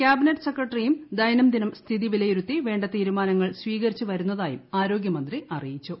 cabinet സെക്രട്ടറിയും ദൈനംദിനം സ്ഥിതി വിലയിരുത്തി വേണ്ട തീരുമാനങ്ങൾ സ്വീകരിച്ചു വരുന്നതായും ആരോഗ്യമന്ത്രി അറിയിച്ചു